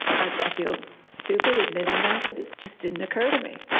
i feel stupid admitting that but it just didn't occur to me.